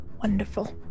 Wonderful